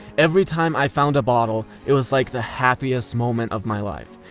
every time i found a bottle, it was like the happiest moment of my life.